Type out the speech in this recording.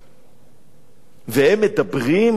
והם מדברים על אפליה?